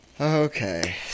Okay